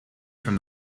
from